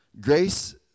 Grace